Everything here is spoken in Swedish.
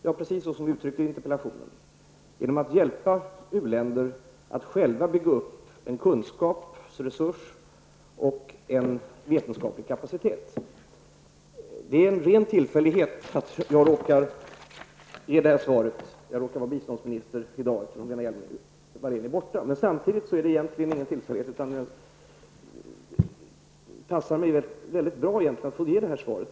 Jo, precis som vi uttrycker det i interpellationen, genom att hjälpa u-länder att själva bygga upp en kunskapsresurs och en vetenskaplig kapacitet. Det är en ren tillfällighet att jag råkar ge det här svaret. Jag råkar vara biståndsminister i dag, eftersom Lena Hjelm-Wallén är borta. Samtidigt passar det mig mycket bra att få ge det här svaret.